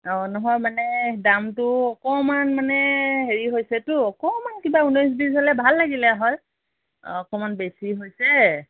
অ' নহয় মানে দামটো অকণমান মানে হেৰি হৈছেতো অকণমান কিবা ঊনৈশ বিছ হ'লে ভাল লাগিলে হয় অঁ অকণমান বেছি হৈছে